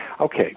okay